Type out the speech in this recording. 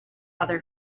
other